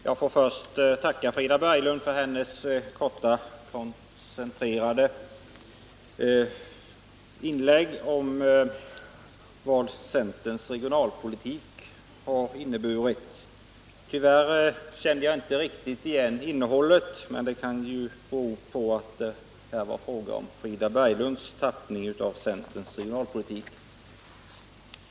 Fru talman! Får jag först tacka Frida Berglund för hennes korta och koncenterade inlägg om vad centerns regionalpolitik har inneburit. Tyvärr kände jag inte riktigt igen innehållet, men det kan ju bero på att det var fråga om Frida Berglunds tappning.